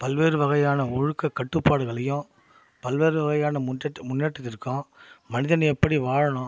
பல்வேறு வகையான ஒழுக்க கட்டுப்பாடுகளையும் பல்வேறு வகையான முற்றற் முன்னேற்றத்திற்கும் மனிதன் எப்படி வாழணும்